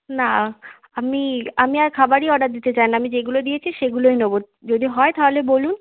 না আমি আমি আর খাবারই অর্ডার দিতে চাই না আমি যেগুলো দিয়েছি সেগুলোই নেব যদি হয় তাহলে বলুন